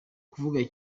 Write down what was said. kuvuga